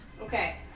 Okay